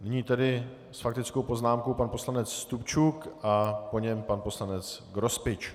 Nyní tedy s faktickou poznámkou pan poslanec Stupčuk a po něm pan poslanec Grospič.